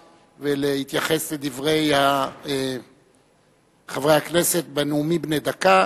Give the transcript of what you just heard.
ולהתייחס לדברי חברי הכנסת בנאומים בני הדקה.